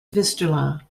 vistula